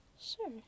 Sure